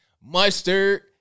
Mustard